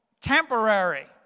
temporary